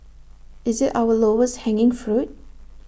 is IT our lowest hanging fruit